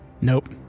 Nope